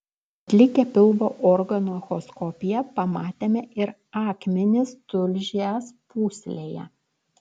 atlikę pilvo organų echoskopiją pamatėme ir akmenis tulžies pūslėje